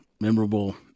memorable